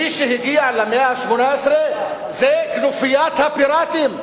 מי שהגיע למאה ה-18 זה כנופיית הפיראטים.